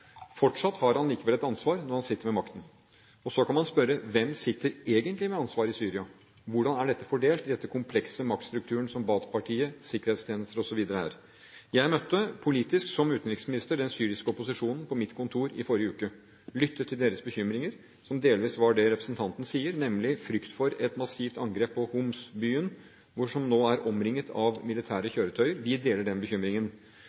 Fortsatt har han likevel et ansvar når han sitter med makten. Så kan man spørre: Hvem sitter egentlig med ansvaret i Syria? Hvordan er dette fordelt i den komplekse maktstrukturen som Baath-partiet, sikkerhetstjenester osv. utgjør? Jeg møtte politisk, som utenriksminister, den syriske opposisjonen på mitt kontor i forrige uke og lyttet til deres bekymringer, som delvis var det representanten sier, nemlig frykt for et massivt angrep på Homs, byen som nå er omringet av militære kjøretøyer. Vi deler den bekymringen.